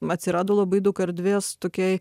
atsirado labai daug erdvės tokiai